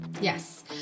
Yes